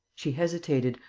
she hesitated,